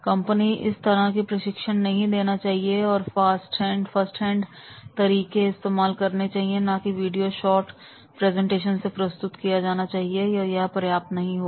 company को इस तरह के प्रशिक्षण नहीं देने चाहिए और फर्स्ट हैंड तरीके इस्तेमाल करनी चाहिए ना की वीडियो शॉर्ट प्रेजेंटेशन से प्रस्तुत किया प्रदर्शन करना चाहिए यह पर्याप्त नहीं होगा